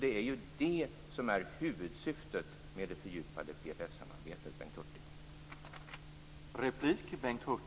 Det är det som är huvudsyftet med det fördjupade PFF-samarbetet,